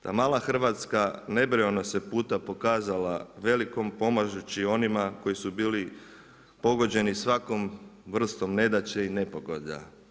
Ta mala Hrvatska nebrojeno se puta pokazala velikom pomažući onima koji su bili pogođeni svakom vrstom nedaće i nepogoda.